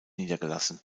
niedergelassen